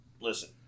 listen